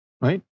right